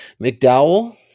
McDowell